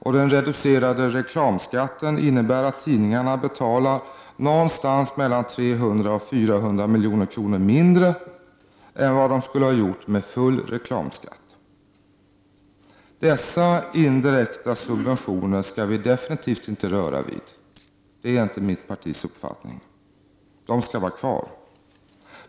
Och den reducerade reklamskatten innebär att tidningarna betalar någonstans mellan 300 och 400 milj.kr. mindre än vad de skulle ha gjort med full reklamskatt. Dessa indirekta subventioner skall vi definitivt inte röra vid, det är inte mitt partis uppfattning. De skall vara kvar.